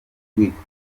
urwitwazo